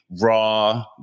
raw